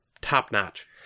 top-notch